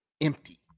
empty